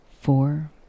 four